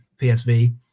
PSV